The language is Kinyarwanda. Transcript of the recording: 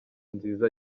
nziza